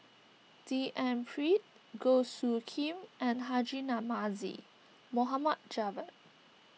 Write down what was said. D N Pritt Goh Soo Khim and Haji Namazie Mohd Javad